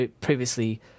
previously